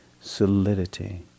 solidity